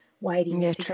waiting